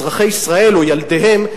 אזרחי ישראל או ילדיהם,